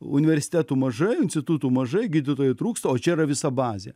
universitetų mažai institutų mažai gydytojų trūksta o čia yra visa bazė